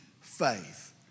faith